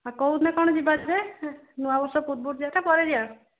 ଆଉ କୋଉଦିନ କ'ଣ ଯିବା ଯେ ନୂଆ ବର୍ଷ ପୂର୍ବରୁ ଯିବା ନା ପରେ ଯିବା